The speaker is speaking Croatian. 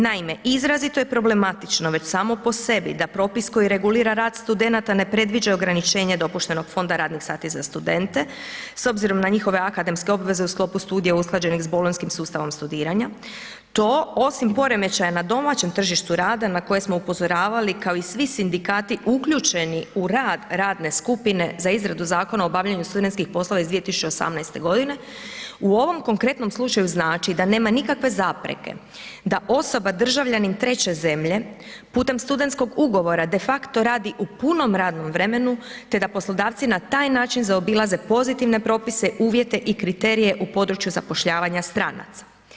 Naime, izrazito je problematično već samo po sebi da propis koji regulira rad studenata ne predviđa ograničenje dopuštenog fonda radnih sati za studente s obzirom na njihove akademske obveze u sklopu studija usklađenih s bolonjskim sustavom studiranja, to osim poremećaja na domaćem tržištu rada na koje smo upozoravali, kao i svi sindikati uključeni u rad, radne skupine za izradu Zakona o obavljanju studentskih poslova iz 2018.g., u ovom konkretnom slučaju znači da nema nikakve zapreke da osoba državljanin treće zemlje putem studentskog ugovora defakto radi u punom radnom vremenu, te da poslodavci na taj način zaobilaze pozitivne propise, uvjete i kriterije u području zapošljavanja stranaca.